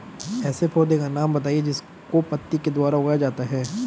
ऐसे पौधे का नाम बताइए जिसको पत्ती के द्वारा उगाया जाता है